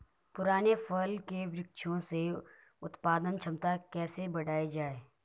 पुराने फल के वृक्षों से उत्पादन क्षमता कैसे बढ़ायी जाए?